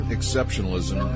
Exceptionalism